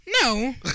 No